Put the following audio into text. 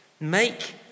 Make